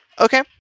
Okay